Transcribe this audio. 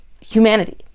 humanity